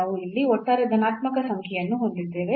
ನಾವು ಇಲ್ಲಿ ಒಟ್ಟಾರೆ ಧನಾತ್ಮಕ ಸಂಖ್ಯೆಯನ್ನು ಹೊಂದಿದ್ದೇವೆ